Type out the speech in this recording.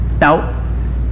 Now